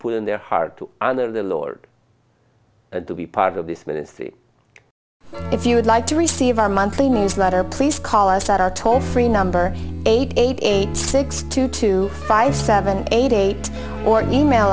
put in their heart to honor the lord and to be part of this ministry if you would like to receive our monthly newsletter please call us at our toll free number eight eight eight six two two five seven eight eight or new mail